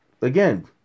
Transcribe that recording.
again